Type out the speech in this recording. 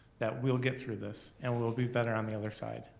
that we'll get through this and we'll be better on the other side.